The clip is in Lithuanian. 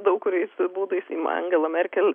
daug kuriais būdais į angelą merkel